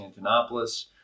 Antonopoulos